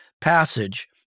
passage